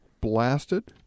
blasted